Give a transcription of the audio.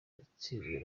yatsinzwe